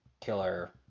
killer